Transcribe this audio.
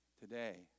today